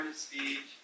speech